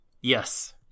Yes